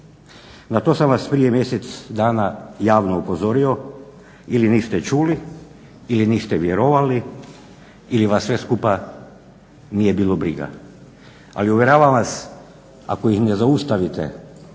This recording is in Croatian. na to sam vas prije mjesec dana javno upozorio. Ili niste čuli ili niste vjerovali ili vas sve skupa nije bilo briga. Ali uvjeravam vas, ako ih ne zaustavite